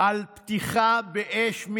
על פתיחה באש.